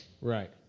Right